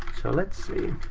so let's see.